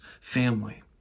family